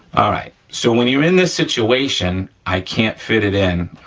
all right, so when you're in this situation, i can't fit it in,